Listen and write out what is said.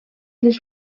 les